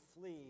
flee